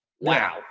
Wow